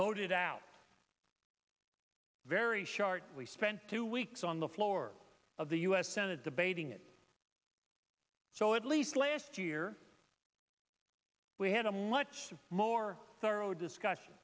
voted out very sharply spent two weeks on the floor of the u s senate debating it so at least last year we had a much more thorough discussion